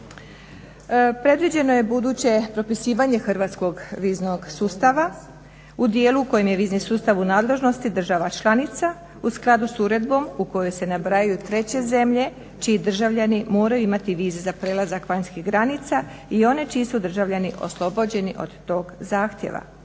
Predviđeno je buduće propisivanje hrvatskog viznog sustava u dijelu u kojem je vizni sustav u nadležnosti država članica u skladu s uredbom u kojoj se nabrajaju treće zemlje čiji državljani moraju imati vize za prelazak vanjskih granica i one čiji su državljani oslobođeni od tog zahtjeva.